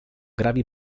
gravi